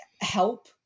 help